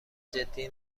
جدی